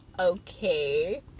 okay